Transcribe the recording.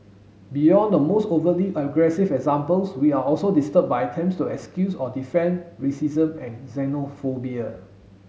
beyond the most overtly aggressive examples we are also disturbed by attempts to excuse or defend racism and xenophobia